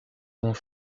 ont